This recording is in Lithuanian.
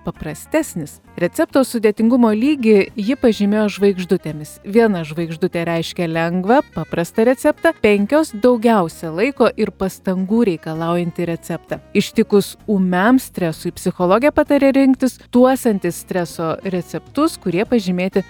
paprastesnis recepto sudėtingumo lygį ji pažymėjo žvaigždutėmis viena žvaigždutė reiškia lengvą paprastą receptą penkios daugiausia laiko ir pastangų reikalaujantį receptą ištikus ūmiam stresui psichologė pataria rinktis tuos antistreso receptus kurie pažymėti